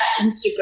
Instagram